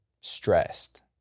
stressed